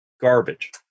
garbage